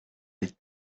des